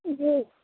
जी